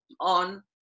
on